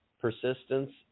persistence